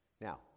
Now